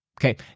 Okay